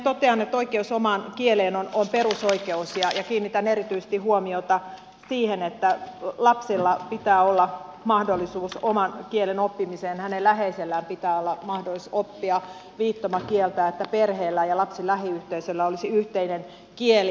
totean että oikeus omaan kieleen on perusoikeus ja kiinnitän erityisesti huomiota siihen että lapsella pitää olla mahdollisuus oman kielen oppimiseen hänen läheisellään pitää olla mahdollisuus oppia viittomakieltä että perheellä ja lapsen lähiyhteisöllä olisi yhteinen kieli